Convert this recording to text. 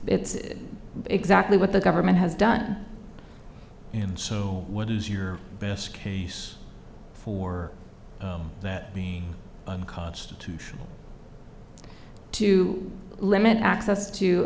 it's exactly what the government has done and so what is your best case for that being unconstitutional to limit access to